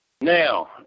Now